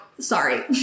Sorry